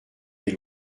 des